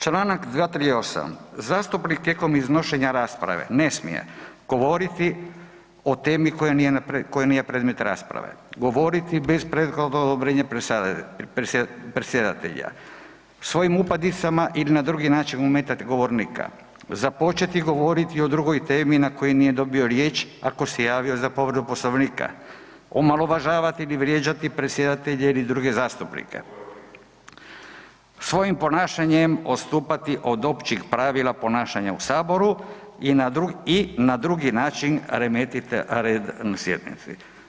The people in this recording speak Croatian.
Članak 238., zastupnik tijekom iznošenja rasprave ne smije govoriti o temi koja nije predmet rasprave, govoriti bez prethodnog odobrenja predsjedatelja, svojim upadicama ili na drugi način ometati govornika, započeti govoriti o drugoj temi na koju nije dobio riječ ako se javio za povredu Poslovnika, omalovažavati ili vrijeđati predsjedatelje ili druge zastupnike, svojim ponašanjem odstupati od općih pravila ponašanja u saboru i na drugi način remetiti red na sjednici.